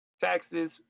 taxes